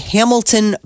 Hamilton